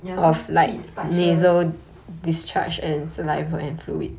ya so kids touch the